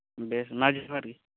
ᱵᱮᱥ ᱢᱟ ᱡᱚᱦᱟᱨ ᱜᱮ